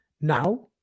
now